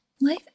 Life